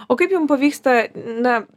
o kaip jum pavyksta na